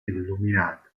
illuminato